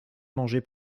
manger